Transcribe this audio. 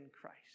Christ